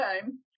time